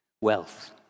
Wealth